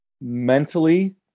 mentally